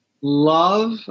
love